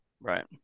Right